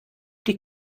die